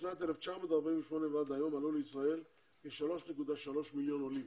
משנת 1948 ועד היום עלו לישראל כ-3.3 מיליון עולים,